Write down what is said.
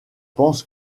pense